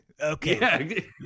Okay